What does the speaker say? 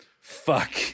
fuck